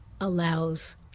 allows